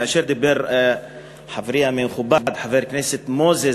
כאשר דיבר חברי המכובד חבר הכנסת מוזס